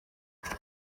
his